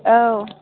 औ